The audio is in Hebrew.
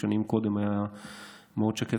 שנים קודם היה מאוד שקט.